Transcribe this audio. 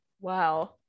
Wow